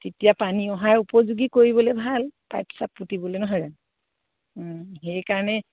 তেতিয়া পানী অহাৰ উপযোগী কৰিবলৈ ভাল পাইপ চাইপ পুতিবলৈ নহয় জানো সেইকাৰণে